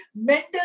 mental